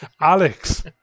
Alex